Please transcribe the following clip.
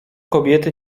kobiety